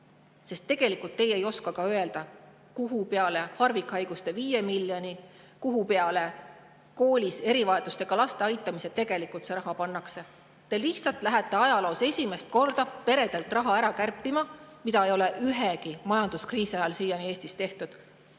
Tegelikult teie ei oska ka öelda, kuhu peale harvikhaiguste viie miljoni ja koolis erivajadustega laste aitamise tegelikult see raha pannakse. Te lihtsalt lähete ajaloos esimest korda perede raha kärpima, mida ei ole ühegi majanduskriisi ajal siiani Eestis tehtud.